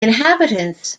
inhabitants